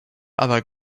other